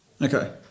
Okay